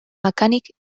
mecànic